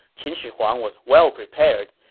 qin shi huag was well-prepared.